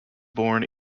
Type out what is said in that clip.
born